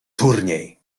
turniej